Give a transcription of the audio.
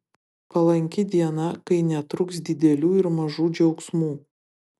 palanki diena kai netruks didelių ir mažų džiaugsmų